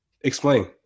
Explain